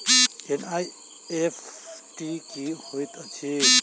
NEFT की होइत अछि?